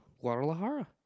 Guadalajara